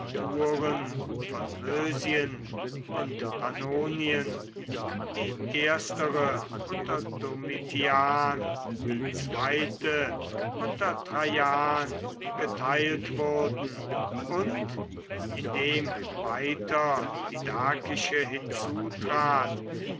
von mösien und pannonien die erstere unter domitian die zweite unter traian geteilt wurden und indem weiter die dakische